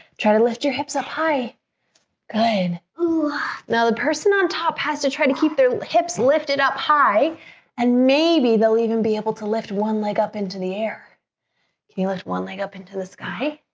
try to lift your hips up high good now the person on top has to try to keep their hips lifted up high and maybe they'll even be able to lift one leg up into the air you lift one leg up into the sky?